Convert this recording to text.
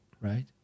right